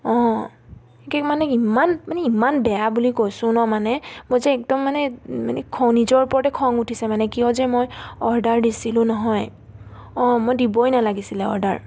অঁ একে মানে ইমান মানে ইমান বেয়া বুলি কৈছোঁ ন মানে মই যে একদম মানে মানে খ নিজৰ ওপৰতে খং উঠিছে মানে কিয় যে মই অৰ্ডাৰ দিছিলোঁ নহয় অঁ মই দিবই নালাগিছিলে অৰ্ডাৰ